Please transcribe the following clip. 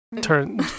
turn